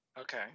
Okay